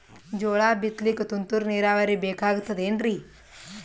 ಜೋಳ ಬಿತಲಿಕ ತುಂತುರ ನೀರಾವರಿ ಬೇಕಾಗತದ ಏನ್ರೀ?